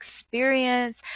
experience